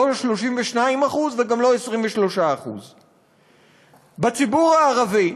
לא 32% וגם לא 23%. בציבור הערבי,